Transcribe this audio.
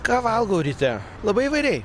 ką valgau ryte labai įvairiai